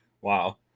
Wow